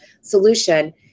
solution